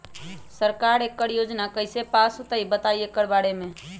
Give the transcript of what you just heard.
सरकार एकड़ योजना कईसे पास होई बताई एकर बारे मे?